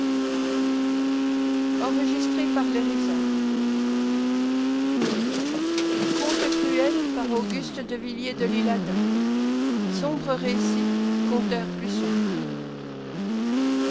sombre récit conteur plus sombre